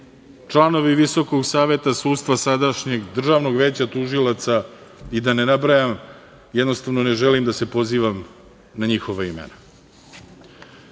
članovi Visokog saveta sudstva, sadašnjeg Državnog veća tužilaca i da ne nabrajam, jednostavno ne želim da se pozivam na njihova imena. Hajka